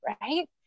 right